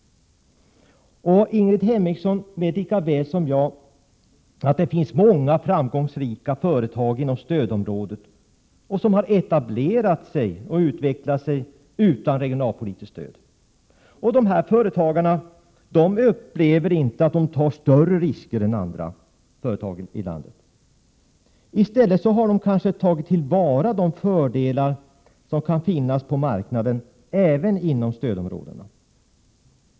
Ingrid Hemmingsson vet lika väl som jag att det finns många framgångsrika företag inom stödområdet som har etablerat sig och utvecklat sig utan regionalpolitiskt stöd. Dessa företagare upplever inte att de tar större risker än andra. I stället har de kanske tagit till vara de fördelar som kan finnas på marknaden även inom stödområdena.